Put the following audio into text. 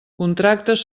contractes